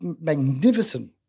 Magnificent